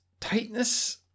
tightness